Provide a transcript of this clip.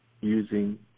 using